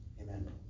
Amen